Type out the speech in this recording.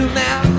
now